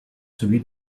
celui